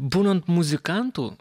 būnant muzikantu